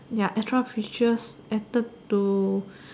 ya extra features added to